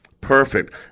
perfect